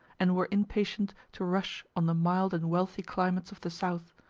and were impatient to rush on the mild and wealthy climates of the south.